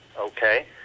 okay